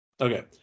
Okay